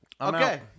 Okay